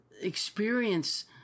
experience